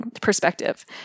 Perspective